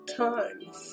times